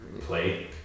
play